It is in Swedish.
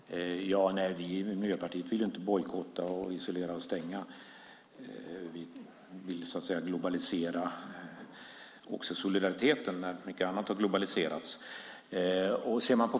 Herr talman! Nej, vi i Miljöpartiet vill inte bojkotta, isolera och stänga. Vi vill globalisera också solidariteten när mycket annat har globaliserats.